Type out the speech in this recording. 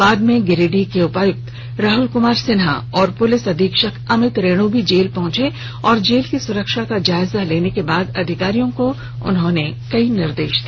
बाद में गिरिडीह उपायुक्त राहुल कुमार सिन्हा और पुलिस अधीक्षक अमित रेणु भी जेल पहुँचे और जेल की सुरक्षा का जायजा लेने के बाद अधिकारियों को कई निर्देश दिया